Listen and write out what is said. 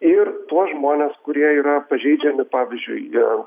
ir tuos žmones kurie yra pažeidžiami pavyzdžiui jie